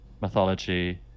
mythology